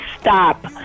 stop